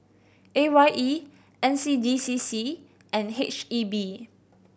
A Y E N C D C C and H E B